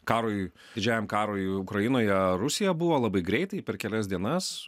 karui didžiajam karui ukrainoje rusija buvo labai greitai per kelias dienas